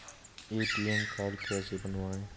ATM card कैसे बनवाएँ?